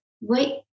wait